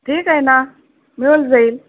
ठीक आहे ना मिळून जाईल